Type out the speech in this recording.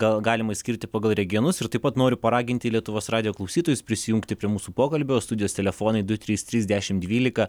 gal galima išskirti pagal regionus ir taip pat noriu paraginti lietuvos radijo klausytojus prisijungti prie mūsų pokalbio studijos telefonai du trys trys dešimt dvylika